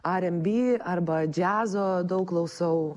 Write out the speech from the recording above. arem by arba džiazo daug klausau